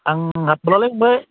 आं हाथ'लालै फंबाय